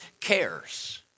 cares